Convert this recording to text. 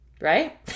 right